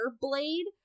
Blade